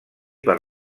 per